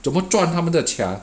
怎么赚他们的钱